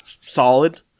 solid